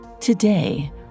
Today